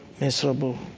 miserable